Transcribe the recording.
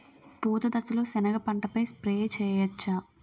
పూత దశలో సెనగ పంటపై స్ప్రే చేయచ్చా?